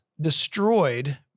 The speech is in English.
destroyed